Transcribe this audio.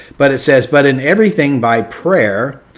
but it says, but in everything by prayer.